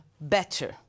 better